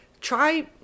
try